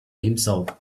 himself